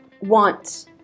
want